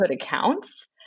accounts